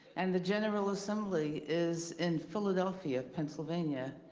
and the general assembly is in philadelphia, pennsylvania.